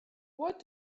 what